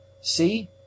See